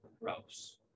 gross